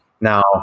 Now